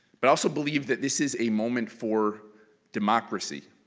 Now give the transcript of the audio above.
but i also believe that this is a moment for democracy.